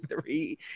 three